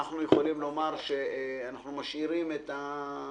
אנחנו יכולים לומר שאנחנו משאירים את הנוסח.